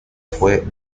fue